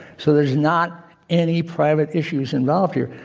so there's not any private issues involved here.